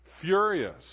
furious